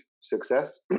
success